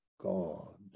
God